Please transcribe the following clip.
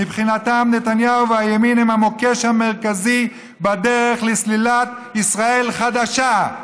מבחינתם נתניהו והימין הם המוקש המרכזי בדרך לסלילת ישראל חדשה.